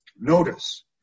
notice